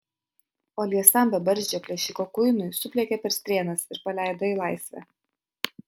o liesam bebarzdžio plėšiko kuinui supliekė per strėnas ir paleido į laisvę